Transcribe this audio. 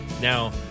Now